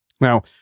Now